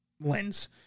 lens